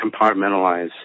compartmentalize